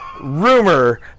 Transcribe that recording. Rumor